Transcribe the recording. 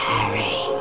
Harry